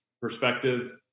perspective